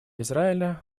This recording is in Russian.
израиля